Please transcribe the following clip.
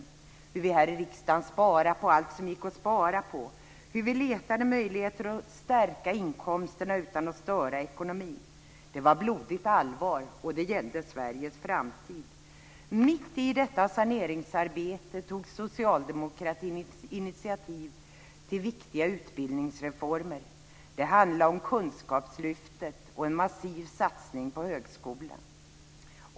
Vi minns hur vi här i riksdagen sparade på allt som gick att spara på. Vi letade möjligheter för att stärka inkomsterna utan att störa ekonomin. Det var blodigt allvar, och det gällde Sveriges framtid. Mitt i detta saneringsarbete tog socialdemokratin initiativ till viktiga utbildningsreformer. Det handlade om Kunskapslyftet och en massiv satsning på högskolan.